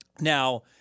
now